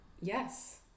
Yes